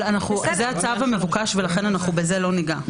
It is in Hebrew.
אבל זה הצו המבוקש ולכן אנחנו לא ניגע בזה.